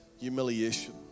humiliation